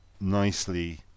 nicely